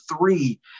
three